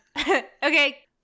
okay